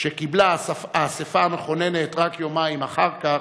שקיבלה האספה המכוננת רק יומיים אחר כך,